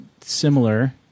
similar